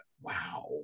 Wow